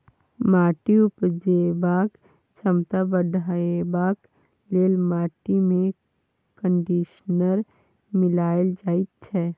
माटिक उपजेबाक क्षमता बढ़ेबाक लेल माटिमे कंडीशनर मिलाएल जाइत छै